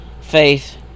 Faith